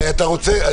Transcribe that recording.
מה זה קשור?